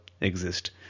exist